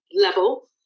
level